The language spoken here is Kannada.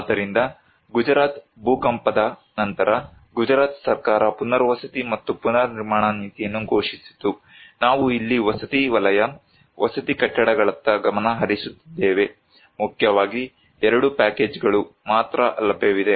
ಆದ್ದರಿಂದ ಗುಜರಾತ್ ಭೂಕಂಪದ ನಂತರ ಗುಜರಾತ್ ಸರ್ಕಾರ ಪುನರ್ವಸತಿ ಮತ್ತು ಪುನರ್ನಿರ್ಮಾಣ ನೀತಿಯನ್ನು ಘೋಷಿಸಿತು ನಾವು ಇಲ್ಲಿ ವಸತಿ ವಲಯ ವಸತಿ ಕಟ್ಟಡಗಳತ್ತ ಗಮನ ಹರಿಸುತ್ತಿದ್ದೇವೆ ಮುಖ್ಯವಾಗಿ 2 ಪ್ಯಾಕೇಜುಗಳು ಮಾತ್ರ ಲಭ್ಯವಿದೆ